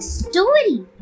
story